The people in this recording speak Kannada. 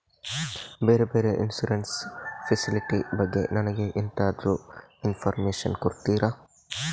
ಬೇರೆ ಬೇರೆ ಇನ್ಸೂರೆನ್ಸ್ ಫೆಸಿಲಿಟಿ ಬಗ್ಗೆ ನನಗೆ ಎಂತಾದ್ರೂ ಇನ್ಫೋರ್ಮೇಷನ್ ಕೊಡ್ತೀರಾ?